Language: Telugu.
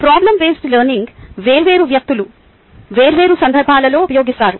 ప్రాబ్లమ్ బేస్డ్ లెర్నింగ్ వేర్వేరు వ్యక్తులు వేర్వేరు సందర్భాలలో ఉపయోగిస్తారు